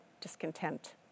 discontent